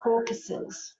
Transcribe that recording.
caucuses